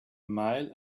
mile